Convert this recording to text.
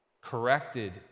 corrected